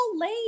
late